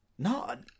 No